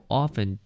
often